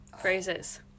phrases